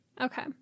Okay